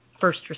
first